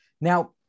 Now